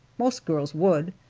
most girls would.